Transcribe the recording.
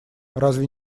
разве